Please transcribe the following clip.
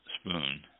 spoon